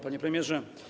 Panie Premierze!